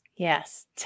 Yes